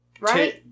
Right